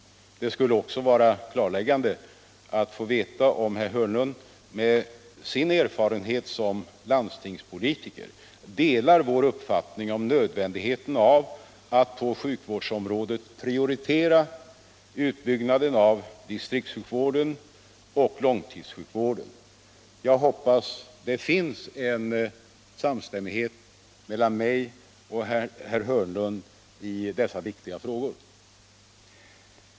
Det skulle också vara klargörande att få veta om herr Hörnlund med sin erfarenhet som landstingspolitiker delar vår uppfattning om nödvändigheten av att på sjukvårdsområdet prioritera utbyggnaden av distriktssjukvården och långtidssjukvården. Jag hoppas att det finns en samstämmighet mellan mig och herr Hörnlund i dessa viktiga frågor.